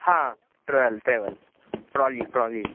हाँ trial travel trolley trolley